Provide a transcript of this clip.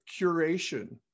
curation